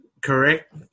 correct